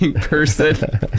person